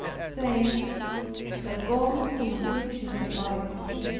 saying that bonds and afflictions abide me.